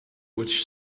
which